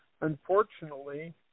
Unfortunately